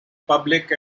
public